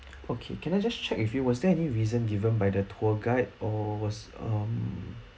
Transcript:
okay can I just check with you was there any reason given by the tour guide or was um